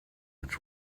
its